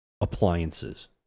appliances